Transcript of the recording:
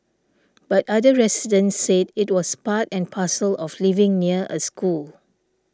but other residents said it was part and parcel of living near a school